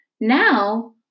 Now